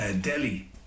Delhi